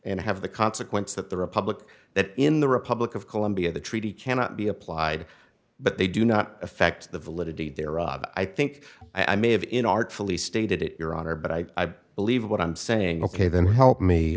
and have the consequence that the republic that in the republic of colombia the treaty cannot be applied but they do not affect the validity there rob i think i may have in artfully stated it your honor but i believe what i'm saying ok then help me